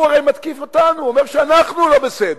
הוא הרי מתקיף אותנו, הוא אומר שאנחנו לא בסדר.